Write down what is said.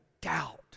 doubt